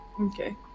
Okay